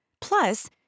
Plus